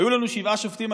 היו לנו שבעה שופטים,